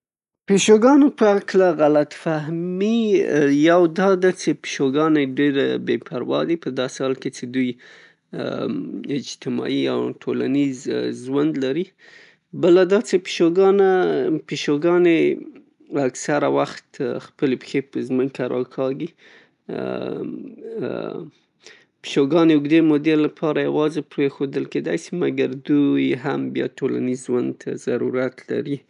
پیشوګانو په هکله غلط فهمي یو دا ده چې پیشوګانې بې پروا دي په داسې حال کې چې دوی اجتماعي او ټولنیز ژوند لري. بله دا چې پیشوګانه پیشوګانې اکثره وخت خپلې پښې په زمکه راښکاږي پیشوګانو د اوږدې مودې له پاره یواخې پریښودای شي مګر دوی هم بیا ټولنیز ژوند ته اړتیا لري.